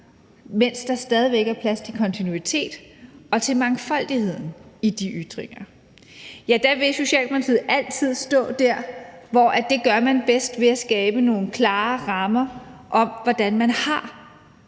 mens der stadig væk er plads tik kontinuitet og til mangfoldigheden i de ytringer? Ja, der vil Socialdemokratiet altid stå der, hvor man gør det bedst, og man gør det bedst ved at skabe nogle klare rammer for, hvordan man har